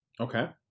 Okay